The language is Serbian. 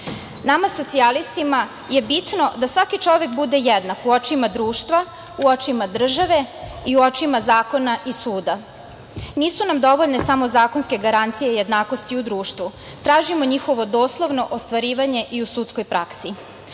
suze. Nama socijalistima je bitno da svaki čovek bude jednak u očima društva, u očima države i u očima zakona i suda. Nisu nam dovoljne samo zakonske garancije i jednakosti u društvu. Tražimo njihovo doslovno ostvarivanje i u sudskoj praksi. Poznata